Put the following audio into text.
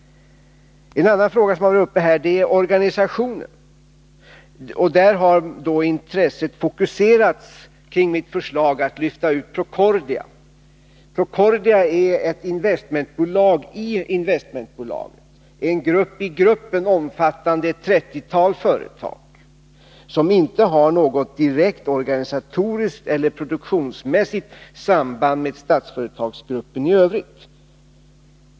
En annan fråga som har tagits upp här gäller organisationen. Där har intresset fokuserats kring mitt förslag att lyfta ut Procordia. Procordia är ett investmentbolag i ett investmentbolag — en grupp i gruppen, omfattande ett trettiotal företag — som inte har något direkt organisatoriskt eller produktionsmässigt samband med Statsföretagsgruppen i övrigt.